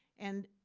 and